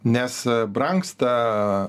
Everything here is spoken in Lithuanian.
nes brangsta